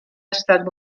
estat